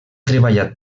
treballat